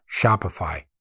Shopify